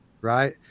right